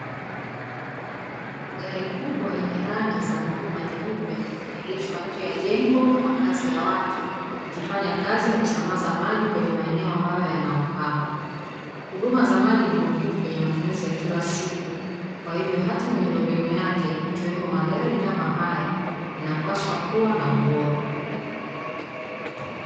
Gari kubwa yenye rangi za bluu na nyeupe imeegeshwa nje ya jengo la makazi ya watu, ikifanya kazi ya kusambaza maji kwenye maeneo ambayo yana uhaba. Huduma za maji ni muhimu kwenye matumizi ya kila siku kwa hivyo hata miundombinu yake ikiwemo magari kama haya yanapaswa kuwa na ubora.